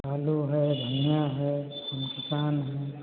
आलू है धनिया है हम किसान हैं